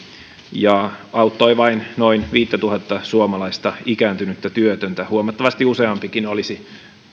ja auttoi vain noin viittätuhatta suomalaista ikääntynyttä työtöntä huomattavasti useampikin olisi